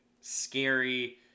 scary